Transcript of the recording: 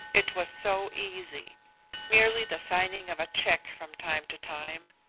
it was so easy merely the signing of a check from time to time,